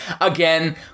again